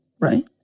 Right